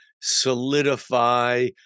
solidify